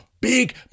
Big